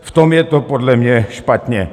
V tom je to podle mě špatně.